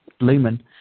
Lumen